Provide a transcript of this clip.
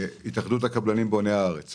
התאחדות הקבלנים בוני הארץ.